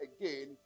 again